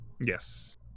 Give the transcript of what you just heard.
Yes